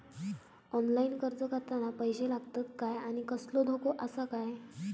Online अर्ज करताना पैशे लागतत काय आनी कसलो धोको आसा काय?